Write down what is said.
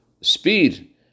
speed